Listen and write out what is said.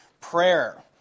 prayer